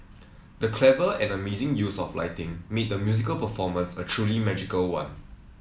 the clever and amazing use of lighting made the musical performance a truly magical one